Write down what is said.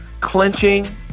clinching